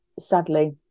sadly